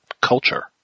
culture